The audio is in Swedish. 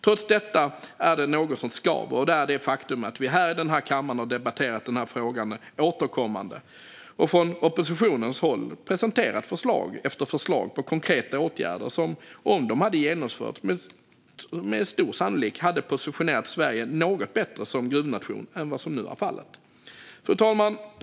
Trots detta är det något som skaver, och det är det faktum att vi här i denna kammare har debatterat denna fråga återkommande och från oppositionens håll presenterat förslag efter förslag på konkreta åtgärder som, om de hade genomförts, med stor sannolikhet hade positionerat Sverige något bättre som gruvnation än vad som nu är fallet. Fru talman!